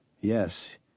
Yes